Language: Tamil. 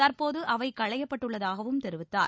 தற்போது அவை களையப்பட்டுள்ளதாகவும் தெரிவித்தார்